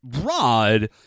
rod